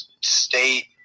State